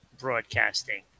Broadcasting